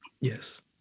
Yes